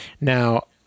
Now